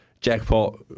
jackpot